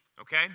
okay